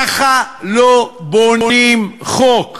ככה לא בונים חוק,